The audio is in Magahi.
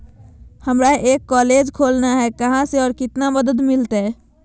हमरा एक कॉलेज खोलना है, कहा से और कितना मदद मिलतैय?